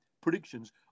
predictions